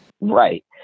Right